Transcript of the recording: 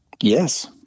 Yes